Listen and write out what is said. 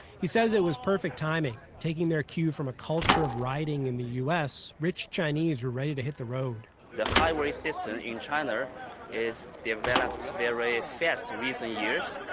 he says it was perfect timing taking their cue from a culture of riding in the u s, rich chinese were ready to hit the road the highway system in china is developed very fast in recent years,